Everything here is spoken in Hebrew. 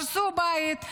בדיוק, הרסו בית.